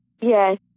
Yes